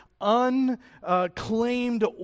unclaimed